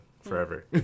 forever